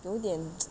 有点